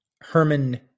Herman